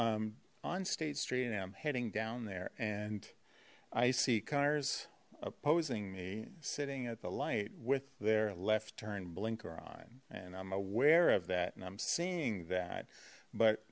on state street and i'm heading down there and i see cars opposing me sitting at the light with their left turn blinker on and i'm aware of that and i'm seeing that but